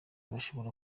bashobora